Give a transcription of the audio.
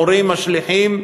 המורים השליחים,